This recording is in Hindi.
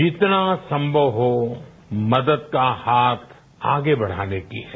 जितना संभव हो मदद का हाथ आगे बढ़ाने की है